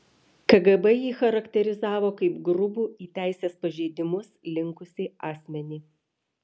kgb jį charakterizavo kaip grubų į teisės pažeidimus linkusį asmenį